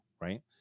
right